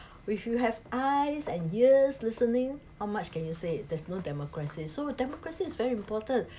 which you have eyes and ears listening how much can you say there's no democracy so democracy is very important